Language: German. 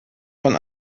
von